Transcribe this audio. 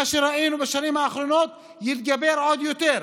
מה שראינו בשנים האחרונות יתגבר עוד יותר.